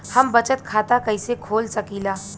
हम बचत खाता कईसे खोल सकिला?